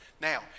Now